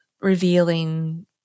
revealing